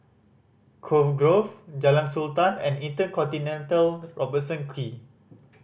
Cove Grove Jalan Sultan and InterContinental Robertson Quay